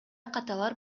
каталар